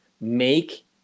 make